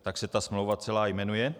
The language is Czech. Tak se smlouva celá jmenuje.